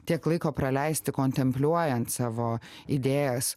tiek laiko praleisti kontempliuojant savo idėjas